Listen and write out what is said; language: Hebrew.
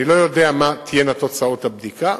אני לא יודע מה תהיינה תוצאות הבדיקה.